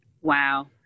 wow